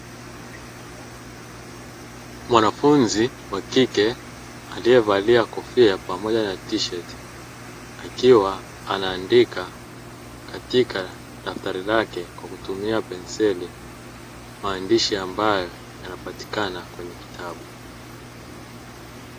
Mwanafunzi wa kike aliyevalia kofia pamoja na tisheti akiwa anaandika katika daftari lake kwa kutumia penseli, maandishi ambayo yanapatikana kwenye kitabu.